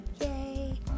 yay